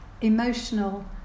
emotional